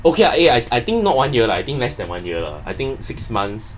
okay eh I think not one year lah I think less than one year ah I think six months